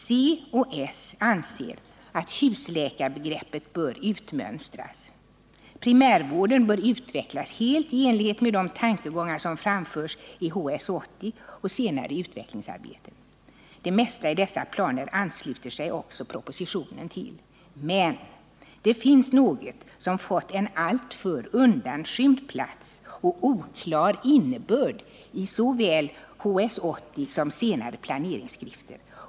Centerpartiet och socialdemokraterna anser att husläkarbegreppet bör utmönstras. Primärvården bör utvecklas helt i enlighet med de tankegångar som framförts i HS 80 och senare utvecklingsarbeten. Det mesta i dessa planer ans'uter sig även propositionen till. Men — det finns något som fått en alltför undanskymd plats och oklar innebörd i såväl HS 80 som senare planeringsskrifter.